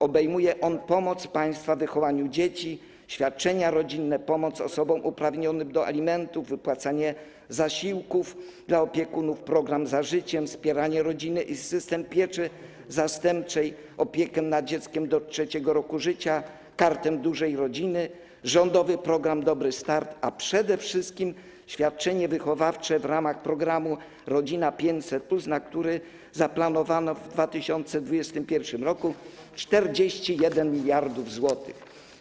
Obejmuje on pomoc państwa w wychowaniu dzieci, świadczenia rodzinne, pomoc osobom uprawnionym do alimentów, wypłacanie zasiłków dla opiekunów, program „Za życiem”, wspieranie rodziny i systemu pieczy zastępczej, opiekę nad dzieckiem do 3. roku życia, Kartę Dużej Rodziny, rządowy program „Dobry start”, a przede wszystkim świadczenie wychowawcze w ramach programu „Rodzina 500+”, na który zaplanowano w 2021 r. 41 mld zł.